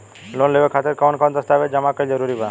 Loan लेवे खातिर कवन कवन दस्तावेज जमा कइल जरूरी बा?